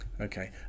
Okay